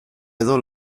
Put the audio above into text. edo